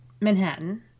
Manhattan